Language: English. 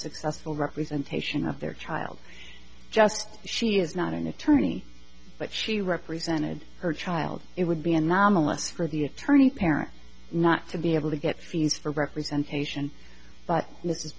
successful representation of their child just she is not an attorney but she represented her child it would be anomalous for the attorney parent not to be able to get fees for representation but this is